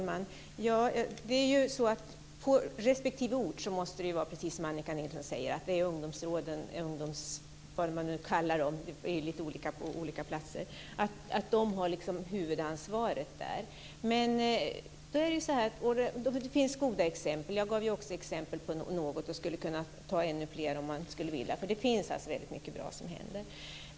Herr talman! På respektive ort måste det vara precis som Annika Nilsson säger, att det är ungdomsråden eller vad man kallar dem, det är lite olika på olika platser, som har huvudansvaret. Det finns goda exempel. Jag gav också några exempel och skulle kunna ta ännu fler, för det händer väldigt mycket som är bra.